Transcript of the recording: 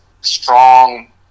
strong